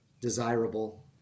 desirable